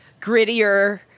grittier